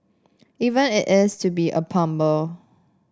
even if it's to be a plumber